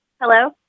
Hello